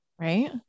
right